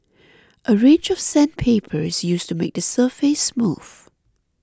a range of sandpaper is used to make the surface smooth